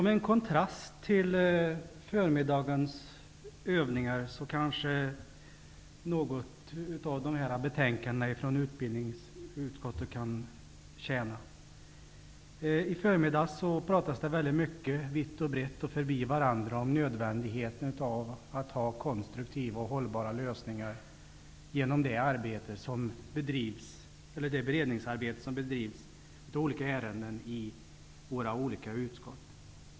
Herr talman! Något av betänkandena från utbildningsutskottet kanske kan tjäna som en kontrast till förmiddagens övningar. På förmiddagen pratades det mycket vitt och brett och förbi varandra om nödvändigheten av att ha konstruktiva och hållbara lösningar genom det beredningsarbete som bedrivs av våra utskott i olika ärenden.